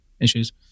issues